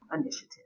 initiative